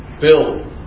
Build